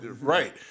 Right